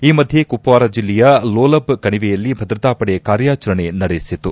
ಈ ಮಧ್ಲೆ ಕುಪ್ಪಾರ ಜಿಲ್ಲೆಯ ಲೋಲಬ್ ಕಣಿವೆಯಲ್ಲಿ ಭದ್ರತಾ ಪಡೆ ಕಾರ್ಯಾಚಾರಣೆ ನಡೆಸಿತು